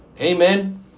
Amen